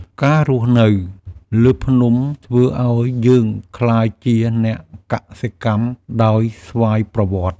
ការរស់នៅលើភ្នំធ្វើឱ្យយើងក្លាយជាអ្នកកសិកម្មដោយស្វ័យប្រវត្តិ។